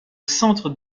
centre